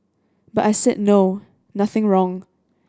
but I said no nothing wrong